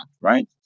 right